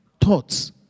thoughts